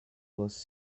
was